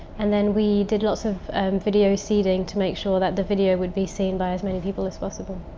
and then we did lots of video seeding. to make sure that the video would be seen by as many people as possible.